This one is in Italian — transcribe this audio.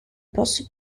boss